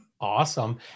Awesome